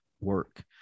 work